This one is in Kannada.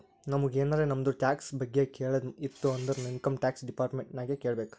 ನಮುಗ್ ಎನಾರೇ ನಮ್ದು ಟ್ಯಾಕ್ಸ್ ಬಗ್ಗೆ ಕೇಳದ್ ಇತ್ತು ಅಂದುರ್ ಇನ್ಕಮ್ ಟ್ಯಾಕ್ಸ್ ಡಿಪಾರ್ಟ್ಮೆಂಟ್ ನಾಗೆ ಕೇಳ್ಬೇಕ್